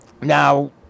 Now